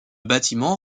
bâtiment